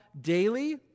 daily